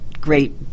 great